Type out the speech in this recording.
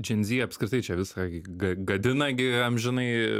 džen zy apskritai čia viską ga gadina gi amžinai